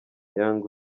young